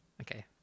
Okay